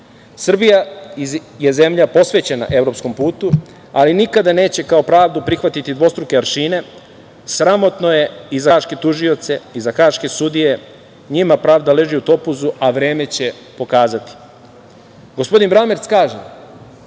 naroda. Srbija je zemlja posvećena evropskom putu, ali nikada neće kao pravdu prihvatiti dvostruke aršine. Sramotno je i za haške tužioce i za haške sudije, njima pravda leži u topuzu, a vreme će pokazati. Gospodin Bramerc kaže